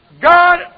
God